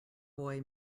boy